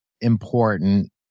important